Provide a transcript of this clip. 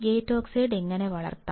gate oxide എങ്ങനെ വളർത്താം